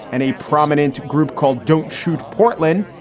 and a prominent group called don't shoot portland,